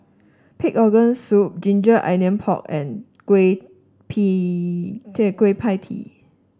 Pig Organ Soup ginger onion pork and Kueh Kuch Pie Tee